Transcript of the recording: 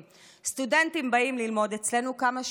סטודנטים באים ללמוד אצלנו כמה שנים אך